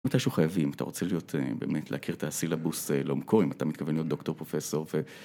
מתישהו חייבים, אתה רוצה באמת להכיר את הסילבוס לעומקו, אם אתה מתכוון להיות דוקטור פרופסור ו...